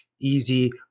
easy